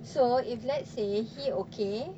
so if let's say he okay